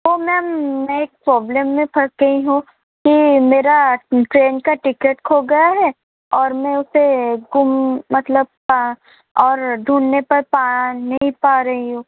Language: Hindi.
वो मैम मैं एक प्रॉब्लम में फस गई हूँ कि मेरी ट्रेन की टिकट खो गई है और मैं उसे गुम मतलब और ढूँढने पर पा नहीं पा रही हूँ